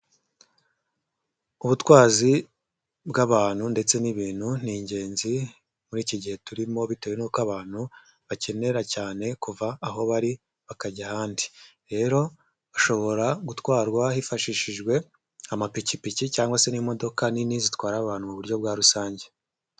Ubutwazi bw'abantu ndetse n'ibintu ni ingenzi, muri iki gihe turimo bitewe n'uko abantu bakenera cyane kuva aho bari bakajya ahandi, rero bashobora gutwarwa hifashishijwe amapikipiki cyangwa se n'imodoka nini zitwara abantu muburyo bwa rusange.